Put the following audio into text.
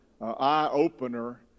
eye-opener